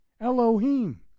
Elohim